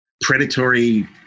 predatory